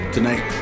Tonight